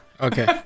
Okay